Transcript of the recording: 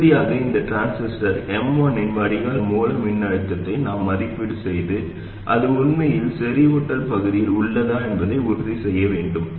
இறுதியாக இந்த transistor M1 இன் வடிகால் மூல மின்னழுத்தத்தை நாம் மதிப்பீடு செய்து அது உண்மையில் செறிவூட்டல் பகுதியில் உள்ளதா என்பதை உறுதி செய்ய வேண்டும்